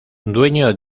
dueño